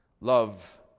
love